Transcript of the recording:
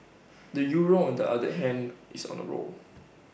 the euro on the other hand is on A roll